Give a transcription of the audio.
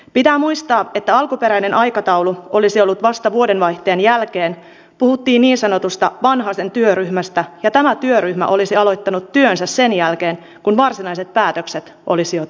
pitää muistaa että alkuperäinen aikataulu olisi ollut vasta vuodenvaihteen jälkeen puhuttiin niin sanotusta vanhasen työryhmästä ja tämä työryhmä olisi aloittanut työnsä sen jälkeen kun varsinaiset päätökset olisi jo tehty